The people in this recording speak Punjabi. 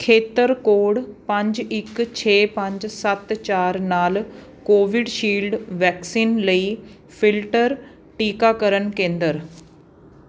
ਖੇਤਰ ਕੋਡ ਪੰਜ ਇੱਕ ਛੇ ਪੰਜ ਸੱਤ ਚਾਰ ਨਾਲ ਕੋਵਿਡਸ਼ੀਲਡ ਵੈਕਸੀਨ ਲਈ ਫਿਲਟਰ ਟੀਕਾਕਰਨ ਕੇਂਦਰ